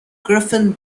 griffin